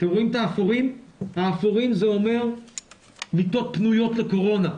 האפורים זה אומר מיטות פנויות לקורונה,